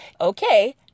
Okay